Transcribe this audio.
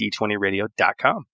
d20radio.com